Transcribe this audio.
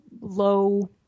low